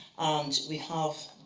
and we have